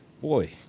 boy